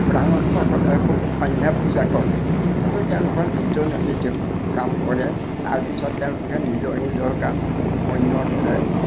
ব্ৰাহ্মণসকলে সু সন্ধ্যা পূজা কৰে সেইটো তেওঁলোকৰ নিত্য নৈমিত্তিক কাম কৰে তাৰপিছত তেওঁলোকে নিজৰ নিজৰ কাম অন্যৰ দৰে